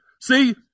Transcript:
See